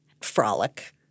frolic